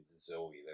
Zoe